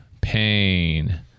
Pain